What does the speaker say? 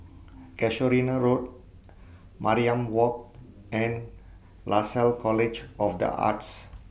Casuarina Road Mariam Walk and Lasalle College of The Arts